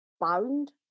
bound